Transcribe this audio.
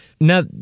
Now